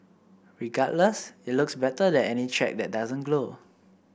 regardless it looks better than any track that doesn't glow